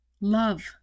love